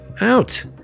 out